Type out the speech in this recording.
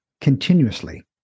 continuously